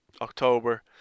October